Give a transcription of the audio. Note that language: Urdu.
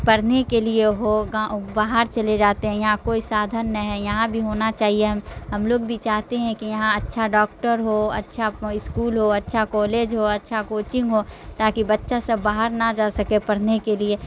پڑھنے کے لیے ہو گاؤں باہر چلے جاتے ہیں یہاں کوئی سادھن نہیں ہے یہاں بھی ہونا چاہیے ہم لوگ بھی چاہتے ہیں کہ یہاں اچھا ڈاکٹر ہو اچھا اسکول ہو اچھا کالج ہو اچھا کوچنگ ہو تاکہ بچہ سب باہر نہ جا سکے پڑھنے کے لیے